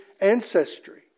ancestry